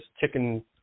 chicken